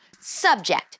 Subject